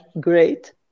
great